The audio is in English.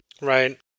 Right